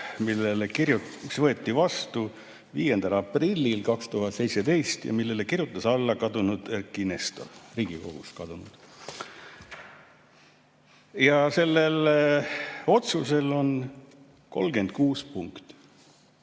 mis võeti vastu 5. aprillil 2017 ja millele kirjutas alla kadunud Eiki Nestor, Riigikogust kadunud. Sellel otsusel on 36 punkt.